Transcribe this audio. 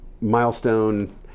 milestone